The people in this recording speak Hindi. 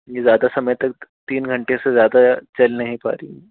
ये ज़्यादा समय तक तीन घंटे से ज़्यादा समय तक चल नहीं पा रही